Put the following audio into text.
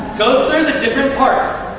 go through the different parts.